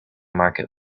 market